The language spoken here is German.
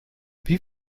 wie